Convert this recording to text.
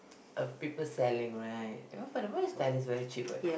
of people selling right ya for the very cheap right